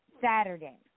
Saturday